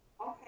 Okay